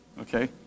okay